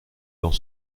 dans